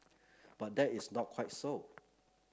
but that is not quite so